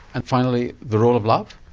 and finally, the role of love?